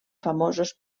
famosos